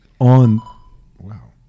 on